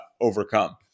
overcome